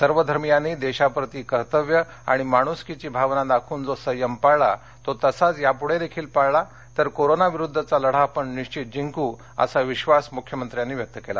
सर्वधर्मियांनी देशाप्रती कर्तव्य आणि माणुसकीची भावना दाखवून जो संयम पाळला तसाच तो पुढे देखील पाळला तर कोरोनाविरुद्धचा लढा आपण निश्वित जिंकूत असा विधास मुख्यमंत्र्यांनी व्यक्त केला